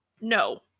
no